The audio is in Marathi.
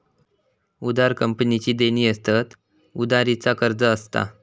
उधार कंपनीची देणी असतत, उधारी चा कर्ज असता